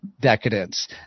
decadence